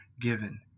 given